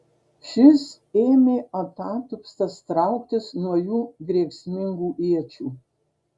šis ėmė atatupstas trauktis nuo jų grėsmingų iečių